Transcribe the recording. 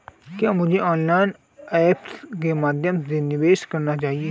क्या मुझे online apps के माध्यम से निवेश करना चाहिए?